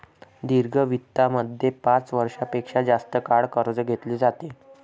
दीर्घ वित्तामध्ये पाच वर्षां पेक्षा जास्त काळ कर्ज घेतले जाते